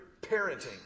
parenting